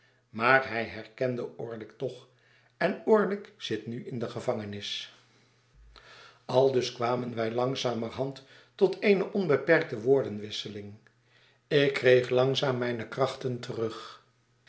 maar hij herkende orlick toch en orlick zit nu in de gevangenis aldus kwamen wij langzamerhand tot eene onbeperkte woordenwisseling ik kreeg langzaam mijne krachten terug